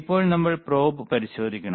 ഇപ്പോൾ നമ്മൾ probe പരിശോധിക്കണം